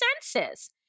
senses